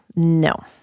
No